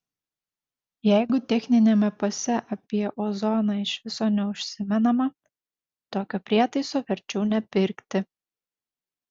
jeigu techniniame pase apie ozoną iš viso neužsimenama tokio prietaiso verčiau nepirkti